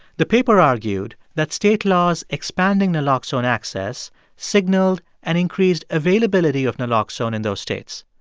the paper argued that state laws expanding naloxone access signaled an increased availability of naloxone in those states.